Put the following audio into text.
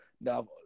Now